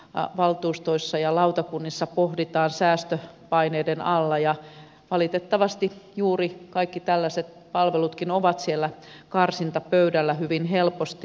monissa kunnanvaltuustoissa ja lautakunnissa pohditaan säästöpaineiden alla ja valitettavasti juuri kaikki tällaiset palvelutkin ovat siellä karsintapöydällä hyvin helposti